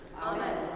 Amen